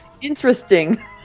Interesting